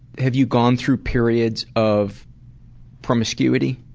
have you gone through periods of promiscuity?